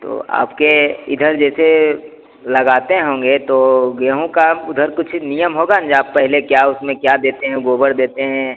तो आपके इधर जैसे लगाते होंगे तो गेहूँ का उधर कुछ नियम होगा आप पहले क्या उसमें क्या देते हैं गोबर देते हैं